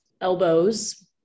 elbows